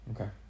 Okay